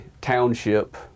township